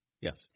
Yes